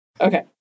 Okay